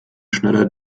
schneller